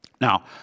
Now